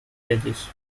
pages